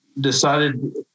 decided